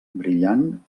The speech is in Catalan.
brillant